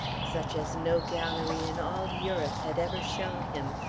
such as no gallery in all europe had ever shown him,